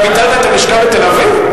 אתה ביטלת את הלשכה בתל-אביב?